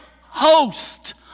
host